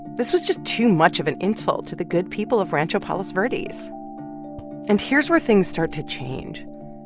this was just too much of an insult to the good people of rancho palos verdes. so and here's where things start to change.